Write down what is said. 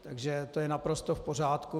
Takže to je naprosto v pořádku.